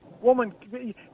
Woman